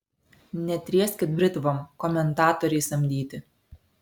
netrieskit britvom komentatoriai samdyti